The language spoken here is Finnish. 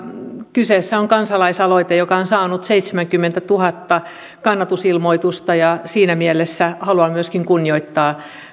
kyseessä on kansalaisaloite joka on saanut seitsemänkymmentätuhatta kannatusilmoitusta ja siinä mielessä haluan myöskin kunnioittaa